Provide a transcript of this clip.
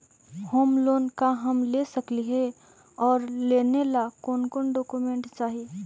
Home loan का हम ले सकली हे, और लेने ला कोन कोन डोकोमेंट चाही?